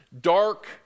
dark